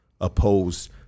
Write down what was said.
Opposed